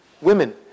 Women